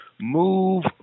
move